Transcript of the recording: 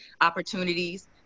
opportunities